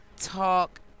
talk